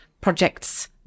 projects